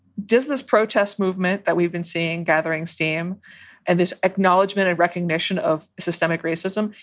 does this protest movement that we've been seeing gathering steam and this acknowledgement and recognition of systemic racism?